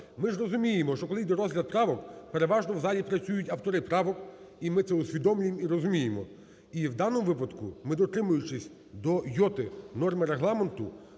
Ми ж розуміємо, що коли йде розгляд правок, переважно в залі працюють автори правок, і ми це усвідомлюємо, і розуміємо. І в даному випадку ми, дотримуючись до йоти норми Регламенту,